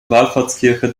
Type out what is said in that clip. wallfahrtskirche